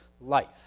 life